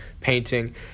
painting